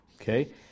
okay